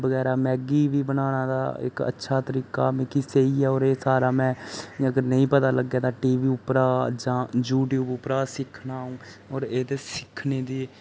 Maggi बी बनाना तां इक अच्छा तरीका मिकी सेही ऐ एह् सारा मीं अगर नेईं पता लग्गै तां में टी वी उप्परा जां यूटयूब उप्परा सिक्खना अ'ऊं एह् ते सिक्खने दी